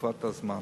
בתקופת הזמן.